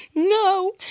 No